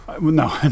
no